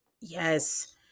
Yes